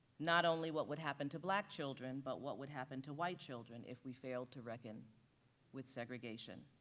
not only what would happen to black children, but what would happen to white children if we fail to reckon with segregation.